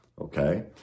Okay